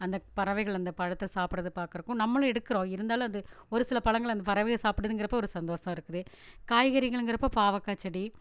அந்த பறவைகள் அந்த பழத்தை சாப்புட்றதை பார்க்குறக்கும் நம்மளும் எடுக்குறோம் இருந்தாலும் அது ஒரு சில பழங்களை அந்த பறவைகள் சாப்புடுதுங்கிறப்போ ஒரு சந்தோசம் இருக்குது காய்கறிங்கள்ங்கிறப்போ பாவக்காய் செடி